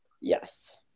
yes